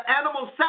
animal